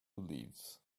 leaves